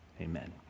Amen